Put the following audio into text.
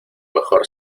mejor